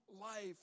life